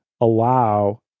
allow